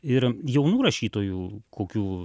ir jaunų rašytojų kokių